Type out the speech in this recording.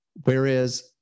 Whereas